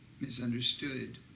misunderstood